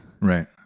Right